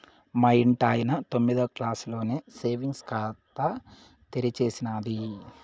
మా ఇంటాయన తొమ్మిదో క్లాసులోనే సేవింగ్స్ ఖాతా తెరిచేసినాది